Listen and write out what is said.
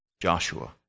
Joshua